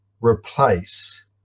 replace